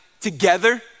together